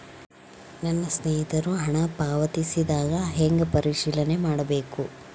ನನ್ನ ಸ್ನೇಹಿತರು ಹಣ ಪಾವತಿಸಿದಾಗ ಹೆಂಗ ಪರಿಶೇಲನೆ ಮಾಡಬೇಕು?